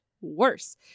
worse